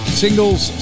singles